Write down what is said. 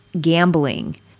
gambling